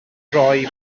roi